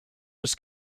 was